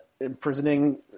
imprisoning